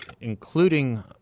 including